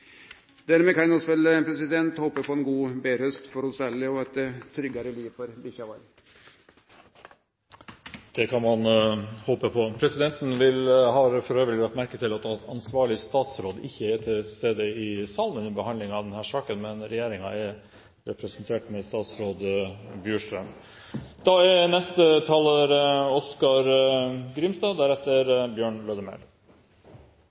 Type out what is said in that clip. Dermed kan vi håpe på ein god bærhaust for oss alle og eit tryggare liv for bikkja vår. Det kan man håpe på. Presidenten har for øvrig lagt merke til at den ansvarlige statsråden ikke er til stede i salen under behandlingen av denne saken, men regjeringen er representert ved statsråd Bjurstrøm. Eg vil støtte saksordførar Torstein Rudihagen i at endeleg er